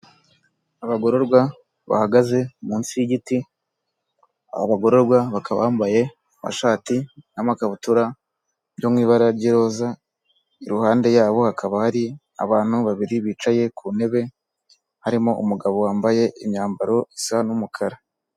Abagororwa bahagaze munsi y'igiti, abagororwa bakaba bambaye amashati n'amakabutura yo mu ibara ry'iroza, iruhande yabo hakaba hari abantu babiri bicaye ku ntebe harimo umugabo wambaye imyambaro isa n'umukara.